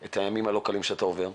על הימים הלא קלים שאתה עובר,